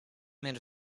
made